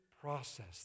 process